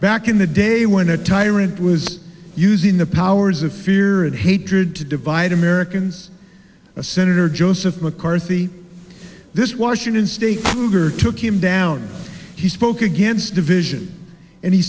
back in the day when a tyrant was using the powers of fear and hatred to divide americans a senator joseph mccarthy this washington state took him down he spoke against division and he